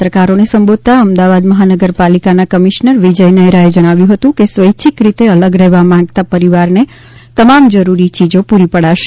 પત્રકારોને સંબોધતાં અમદાવાદ મહાનગરપાલિકાના કમિશ્નર વિજય નેહરાએ જણાવ્યું હતું કે સ્વૈચ્છિક રીતે અલગ રહેવા માંગતા પરિવારને તમામ જરૂરી ચીજો પુરી પડાશે